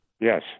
Yes